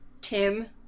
Tim